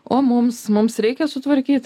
o mums mums reikia sutvarkyt